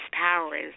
powers